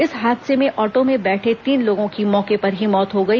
इस हादसे में ऑटो में बैठे तीन लोगों की मौके पर ही मौत हो गई